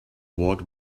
what